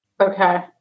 Okay